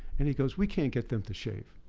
and he goes, we can't get them to shave.